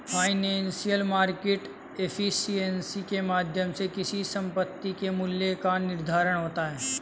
financial market efficiency के माध्यम से किसी संपत्ति के मूल्य का निर्धारण होता है